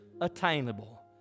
attainable